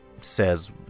says